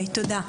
תודה.